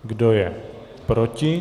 Kdo je proti?